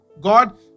god